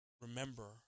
remember